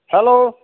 hello